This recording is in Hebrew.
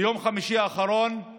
ביום חמישי האחרון הם